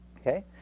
Okay